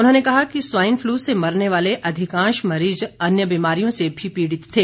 उन्होंने कहा कि स्वाइन फ्लू से मरने वाले अधिकांश मरीज अन्य बीमारियों से भी पीड़ित थे